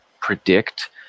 predict